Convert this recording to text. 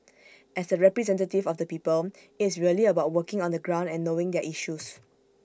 as A representative of the people IT is really about working on the ground and knowing their issues